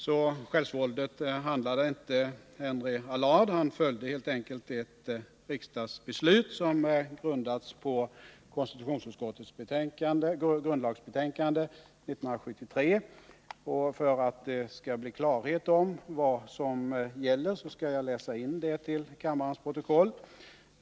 Så självsvåldigt handlade inte Henry Allard. Han följde helt enkelt det riksdagsbeslut som grundades på konstitutionsutskottets grundlagsbetänkande 1973. För att det skall bli klarhet om vad som gäller skall jag läsa in det till kammarens protokoll.